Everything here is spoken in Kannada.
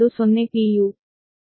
u